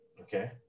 okay